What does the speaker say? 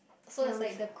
hear which